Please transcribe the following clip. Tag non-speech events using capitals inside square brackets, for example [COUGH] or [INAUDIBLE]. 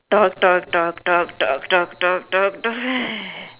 talk talk talk talk talk talk talk talk talk [BREATH]